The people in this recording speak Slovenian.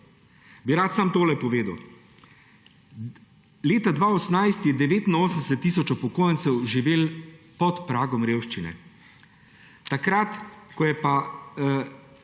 bi rad samo tole povedal. Leta 2018 je 89 tisoč upokojencev živelo pod pragom revščine. Takrat se je